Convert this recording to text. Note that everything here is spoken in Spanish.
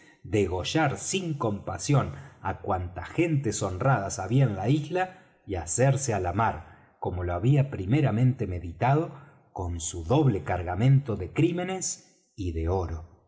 degollar sin compasión á cuantas gentes honradas había en la isla y hacerse á la mar como lo había primeramente meditado con su doble cargamento de crímenes y de oro